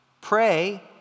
pray